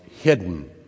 hidden